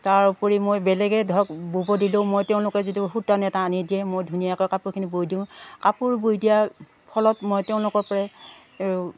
তাৰ ওপৰি মই বেলেগে ধৰক বব দিলেও মই তেওঁলোকে যদিও সূতান এটা আনি দিয়ে মই ধুনীয়াকৈ কাপোৰখিনি বৈ দিওঁ কাপোৰ বৈ দিয়াৰ ফলত মই তেওঁলোকৰ পৰা